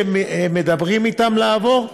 שמדברים אתם על לעבור.